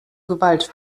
gewalt